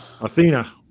Athena